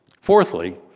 Fourthly